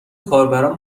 کاربران